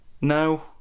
no